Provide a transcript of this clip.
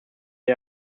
are